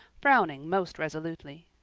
frowning most resolutely.